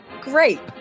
great